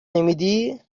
نمیدی